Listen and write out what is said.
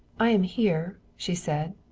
i am here, she said.